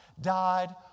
died